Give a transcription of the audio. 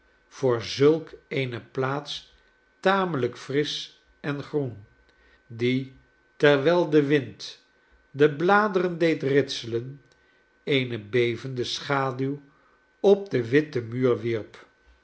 voor zulk eene plaats tamelijk frisch en groen die terwijl de wind de bladeren deed ritselen eene bevende schaduw op den witten muur wierp